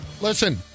Listen